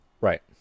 Right